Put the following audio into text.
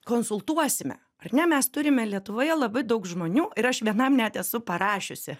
konsultuosime ar ne mes turime lietuvoje labai daug žmonių ir aš vienam net esu parašiusi